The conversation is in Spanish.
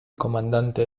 comandante